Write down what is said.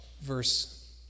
Verse